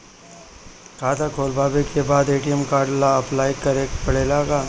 खाता खोलबाबे के बाद ए.टी.एम कार्ड ला अपलाई करे के पड़ेले का?